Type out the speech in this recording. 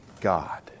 God